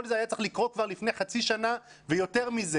כל זה היה צריך לקרות כבר לפני חצי שנה ויותר מזה.